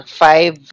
five